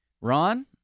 Ron